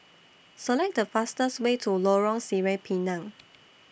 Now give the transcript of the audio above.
Select The fastest Way to Lorong Sireh Pinang